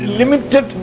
limited